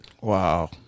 Wow